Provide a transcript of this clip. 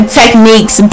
techniques